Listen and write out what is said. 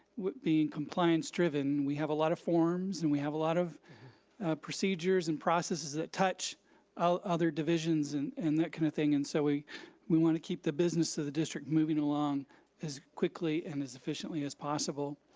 being compliance driven we have a lot of forms and we have a lot of procedures and processes that touch other divisions and and that kind of thing and so we we wanna keep the business of the district moving along as quickly and as efficiently as possible.